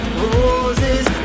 roses